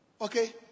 Okay